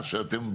למשך הזמן?